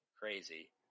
crazy